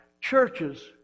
Churches